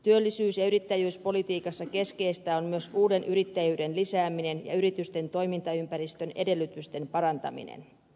työllisyys ja yrittäjyyspolitiikassa keskeistä on myös uuden yrittäjyyden lisääminen ja yritysten toimintaympäristön edellytysten parantaminen